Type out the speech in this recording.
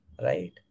right